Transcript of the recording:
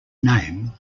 name